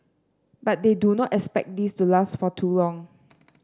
but they do not expect this to last for too long